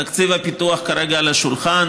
תקציב הפיתוח כרגע על השולחן,